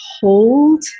hold